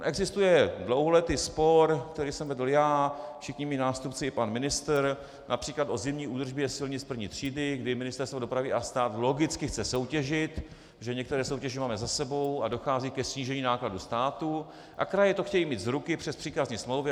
Existuje dlouholetý spor, který jsem vedl já, všichni mí nástupci i pan ministr např. o zimní údržbě silnic první třídy, kdy Ministerstvo dopravy a stát logicky chce soutěžit, některé soutěže máme za sebou a dochází ke snížení nákladů státu, a kraje to chtějí mít z ruky přes příkazní smlouvy.